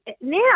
Now